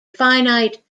finite